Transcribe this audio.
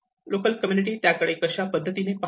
local community त्याकडे कशा पद्धतीने पाहते